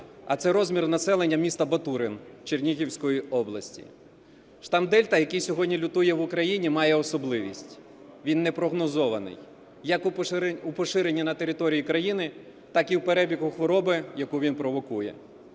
а це розмір населення міста Батурин Чернігівської області. Штам "Дельта", який сьогодні лютує в Україні має особливість, він непрогнозований як у поширенні на території країни, так і в перебігу хвороби, яку він провокує.